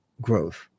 growth